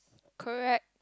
correct